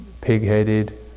pig-headed